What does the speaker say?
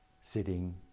Sitting